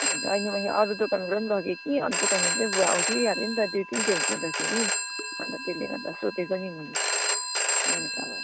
होइन मैले अरू देकानबाट लगेँ कि अन्त भुवा उठिहाल्यो नि त दुई तिन खेप धुँदाखेरि अन्त त्यसले गर्दा सोधेको नि मैले तपाईँलाई